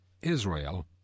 israel